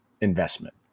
investment